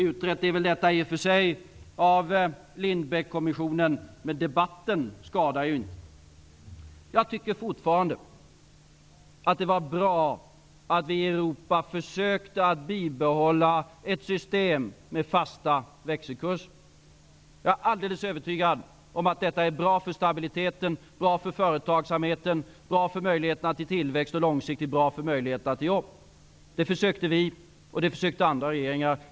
Utrett är väl detta i och för sig av Lindbeckkommissionen, men en debatt skadar inte. Jag tycker fortfarande att det var bra att vi i Europa försökte bibehålla ett system med fasta växelkurser. Jag är alldeles övertygad om att detta är bra för stabiliteten, bra för företagsamheten, bra för möjligheterna till tillväxt och långsiktigt bra för möjligheterna till jobb. Det försökte vi, och det försökte andra regeringar.